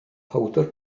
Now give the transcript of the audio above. powdr